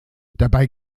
dabei